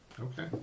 Okay